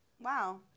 Wow